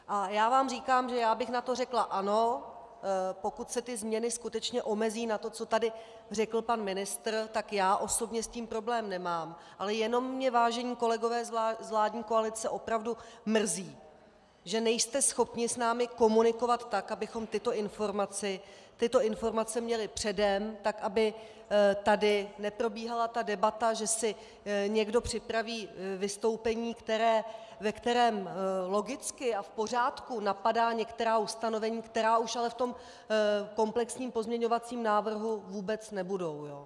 A já vám říkám, že já bych na to řekla: Ano, pokud se ty změny skutečně omezí na to, co tady řekl pan ministr, tak já osobně s tím problém nemám, ale jenom mě, vážení kolegové z vládní koalice, opravdu mrzí, že nejste schopni s námi komunikovat tak, abychom tyto informace měli předem, tak aby tady neprobíhala ta debata, že si někdo připraví vystoupení, ve kterém logicky a v pořádku napadá některá ustanovení, která už ale v tom komplexním pozměňovacím návrhu vůbec nebudou.